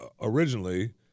originally